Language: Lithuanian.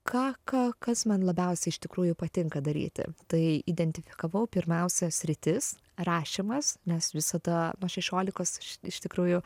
ką ką kas man labiausiai iš tikrųjų patinka daryti tai identifikavau pirmiausia sritis rašymas nes visada nuo šešiolikos iš tikrųjų